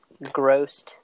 grossed